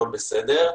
הכול בסדר.